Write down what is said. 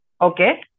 Okay